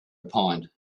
opined